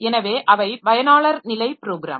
எனவே அவை பயனாளர் நிலை ப்ரோக்ராம்